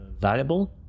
valuable